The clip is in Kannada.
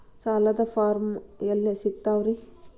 ಸಾಲದ ಫಾರಂ ಎಲ್ಲಿ ಸಿಕ್ತಾವ್ರಿ?